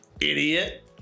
Idiot